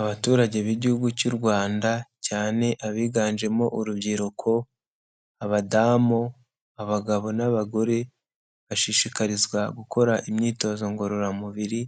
Abaturage b'igihugu cy'u Rwanda cyane abiganjemo urubyiruko, abadamu, abagabo, n'abagore, bashishikarizwa gukora imyitozo ngororamubiri,